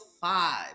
five